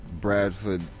Bradford